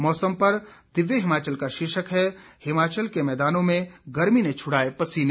मौसम पर दिव्य हिमाचल का शीर्षक है हिमाचल के मैदानों में गर्मी ने छ्ड़ाए पसीने